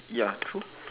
ya true